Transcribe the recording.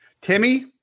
Timmy